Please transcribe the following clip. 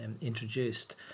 introduced